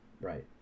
right